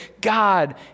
God